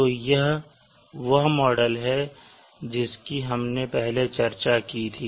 तो यह वह मॉडल है जिसकी हमने पहले ही चर्चा की थी